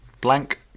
Blank